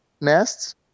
nests